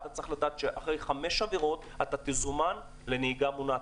אתה צריך לדעת שאחרי חמש עבירות אתה תזומן לנהיגה מונעת,